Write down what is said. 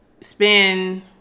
spend